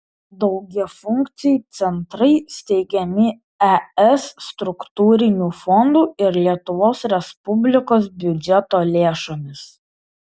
daugiafunkciai centrai steigiami es struktūrinių fondų ir lietuvos respublikos biudžeto lėšomis